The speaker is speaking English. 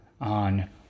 on